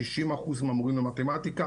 60% מהמורים למתמטיקה